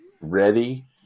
ready